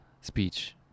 speech